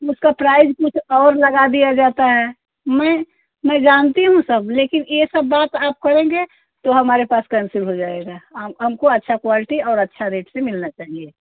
उसका प्राइज कुछ और लगा दिया जाता है मैं मैं जानती हूँ सब लेकिन ये सब बात आप करेंगे तो हमारे पास कैंसिल हो जाएगा आम हमको अच्छा क्वालिटी और अच्छा रेट से मिलना चाहिए